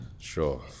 Sure